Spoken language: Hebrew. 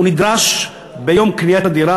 הוא נדרש ביום קניית הדירה,